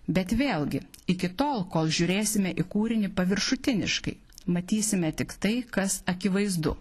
bet vėlgi iki tol kol žiūrėsime į kūrinį paviršutiniškai matysime tik tai kas akivaizdu